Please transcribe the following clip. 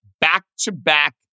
back-to-back